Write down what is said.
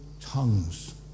tongues